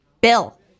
Bill